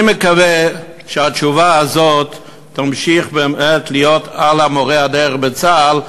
אני מקווה שהתשובה הזאת תמשיך באמת להיות הלאה מורה הדרך בצה"ל,